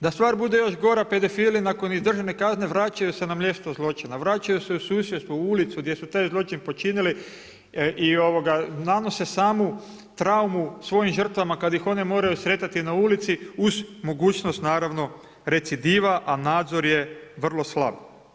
Da stvar bude još gora pedofili nakon izdržane kazne vraćaju se na mjesto zločina, vraćaju se u susjedstvo u ulicu gdje su taj zločin počinili i nanose samu traumu svojim žrtvama kada ih one moraju sretati na ulici uz mogućnost naravno recidiva, a nadzor je vrlo slab.